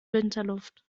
winterluft